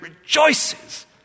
rejoices